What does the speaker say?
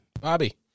Bobby